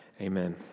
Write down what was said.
Amen